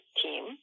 team